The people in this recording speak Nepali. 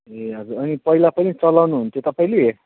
ए हजुर अनि पहिला पनि चलाउनु हुन्थ्यो तपाईँले